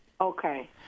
Okay